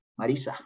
Marisa